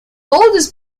oldest